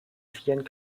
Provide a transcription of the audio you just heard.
vielen